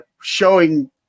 showing